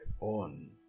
on